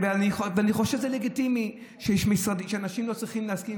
אני חושב שזה לגיטימי, אנשים לא צריכים להסכים.